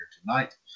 tonight